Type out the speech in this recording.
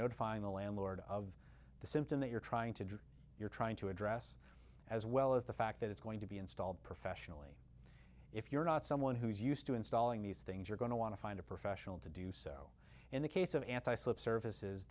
notifying the landlord of the symptom that you're trying to you're trying to address as well as the fact that it's going to be installed professionally if you're not someone who is used to installing these things you're going to want to find a professional to do so in the case of anti slip surfaces